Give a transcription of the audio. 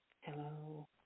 Hello